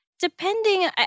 depending